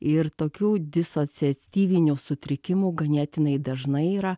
ir tokių disociatyvinių sutrikimų ganėtinai dažnai yra